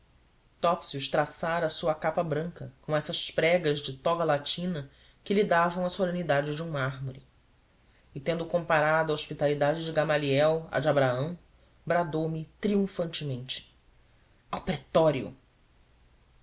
topsius traçara a sua capa branca com essas pregas de toga latina que lhe davam a solenidade de um mármore e tendo comparado a hospitalidade de gamaliel à de abraão bradoume triunfantemente